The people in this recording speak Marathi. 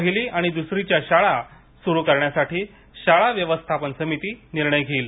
पाहिली आणि दुसरीच्या शाळा सुरु करण्यासाठी शाळा व्यवस्थापन समिती निर्णय घेईल